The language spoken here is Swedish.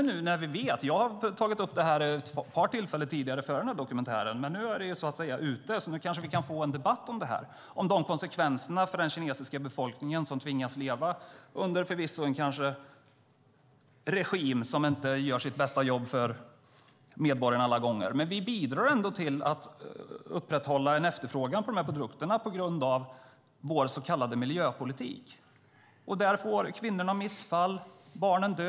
Jag har tagit upp detta vid ett par tillfällen före dokumentären, men nu när kunskapen är ute kan vi kanske få en debatt om konsekvenserna för den kinesiska befolkningen som tvingas leva under en regim som inte gör sitt bästa för medborgarna alla gånger. Vi bidrar ju till att upprätthålla en efterfrågan på dessa produkter på grund av vår så kallade miljöpolitik. Kvinnorna får missfall och barnen dör.